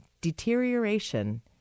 deterioration